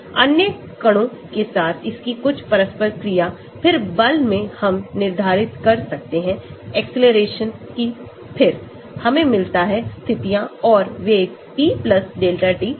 अन्य कणों के साथ इसकी कुछ परस्पर क्रियाफिर बल से हम निर्धारित कर सकते हैं accelerations की फिर हमें मिलता है स्थितियां और वेग t delta t पर